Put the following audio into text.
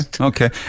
okay